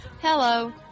Hello